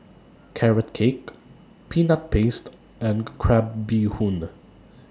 Carrot Cake Peanut Paste and Crab Bee Hoon